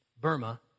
Burma